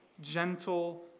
gentle